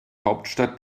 hauptstadt